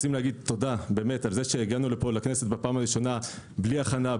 תודה על שהגענו לכנסת בפעם הראשונה בלי הכנה,